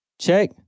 Check